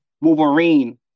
Wolverine